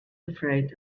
afraid